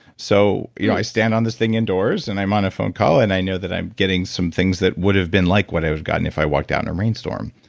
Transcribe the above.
so you know i stand on this thing indoors and i'm on a phone call, and i know that i'm getting some things that would have been like what i was gotten if i walked down a rainstorm.